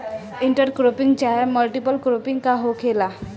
Inter cropping चाहे multiple cropping का होखेला?